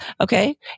Okay